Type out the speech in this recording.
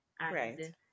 Right